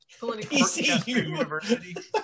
PCU